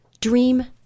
dream